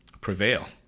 prevail